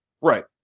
Right